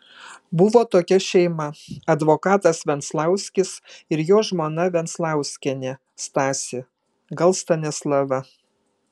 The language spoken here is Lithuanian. buvo tokia šeima advokatas venclauskis ir jo žmona venclauskienė stasė gal stanislava